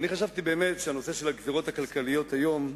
ואני חשבתי באמת שהנושא של הגזירות הכלכליות היום,